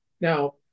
Now